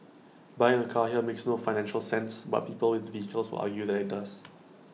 buying A car here makes no financial sense but people with vehicles will argue that IT does